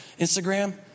Instagram